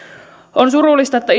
on surullista että